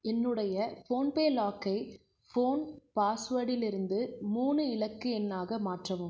என்னுடைய ஃபோன்பே லாக்கை ஃபோன் பாஸ்வடிலிருந்து மூணு இலக்கு எண்ணாக மாற்றவும்